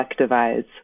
collectivize